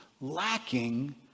lacking